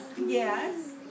Yes